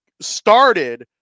started